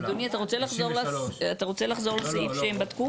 אדוני, אתה רוצה לחזור לסעיף שהם בדקו?